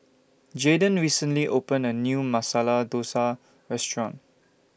Jaydon recently opened A New Masala Dosa Restaurant